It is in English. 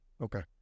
Okay